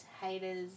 Haters